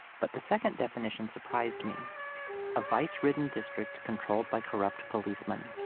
but the second definition surprised me a vice-ridden district controlled by corrupt policemen.